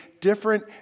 different